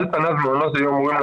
אני חושבת ששמענו את